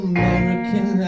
American